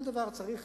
כל דבר צריך